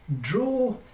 draw